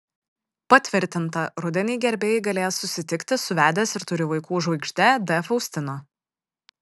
patvirtinta rudenį gerbėjai galės susitikti su vedęs ir turi vaikų žvaigžde d faustino